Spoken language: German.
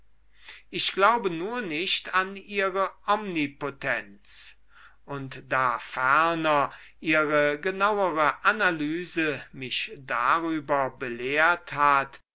ich glaube nur nicht an ihre omnipotenz und da ferner ihre genauere analyse mich darüber belehrt hat